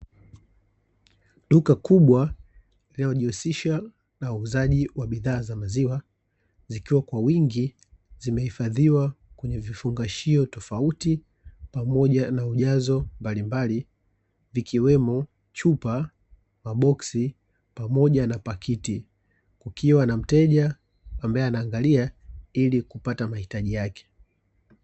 Duka kubwa linalojihusisha na uuzaji wa bidhaa za maziwa, zikiwa kwa wingi zimehifadhiwa kwenye vifungashio tofauti pamoja na ujazo mbalimbali vikiwemo; chupa, mabosi pamoja na pakiti, kukiwa na mteja ambaye anaangalia ili kupata mahitaji yake.